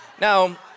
Now